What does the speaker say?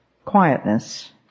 quietness